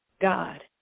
God